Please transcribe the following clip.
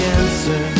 answer